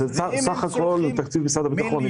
זה סך הכול תקציב משרד הביטחון.